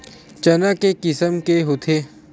चना के किसम के होथे?